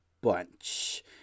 bunch